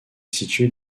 située